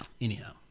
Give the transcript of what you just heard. Anyhow